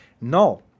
No